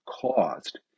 caused